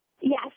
Yes